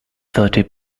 thirty